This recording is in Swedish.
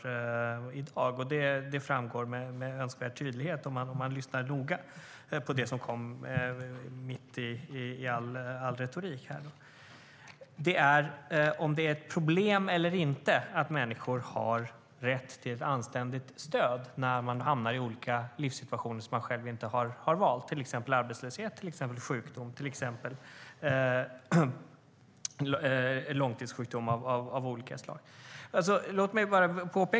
Det framgår med önskvärd tydlighet av det som sades mitt i all retorik. Är det ett problem eller inte att människor har rätt till ett anständigt stöd om de hamnar i olika livssituationer som de själva inte har valt, till exempel arbetslöshet eller långvarig sjukdom?